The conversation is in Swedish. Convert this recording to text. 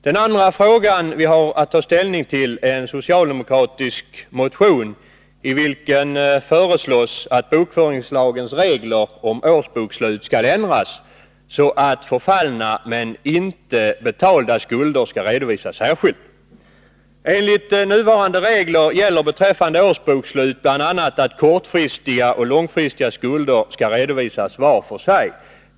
Den andra frågan vi har att ta ställning till är en socialdemokratisk motion i vilken föreslås att bokföringslagens regler om årsbokslut skall ändras så att förfallna men inte betalda skulder skall redovisas särskilt. Enligt nuvarande regler gäller beträffande årsbokslut bl.a. att kortfristiga och långfristiga skulder skall redovisas var för sig.